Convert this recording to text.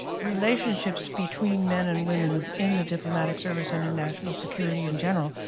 relationships between men and women in the diplomatic service and in national security in general.